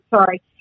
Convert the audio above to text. sorry